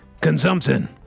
consumption